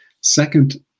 Second